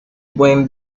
buen